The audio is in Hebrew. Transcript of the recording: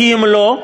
כי אם לא,